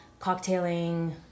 cocktailing